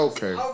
Okay